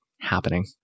happening